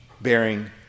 bearing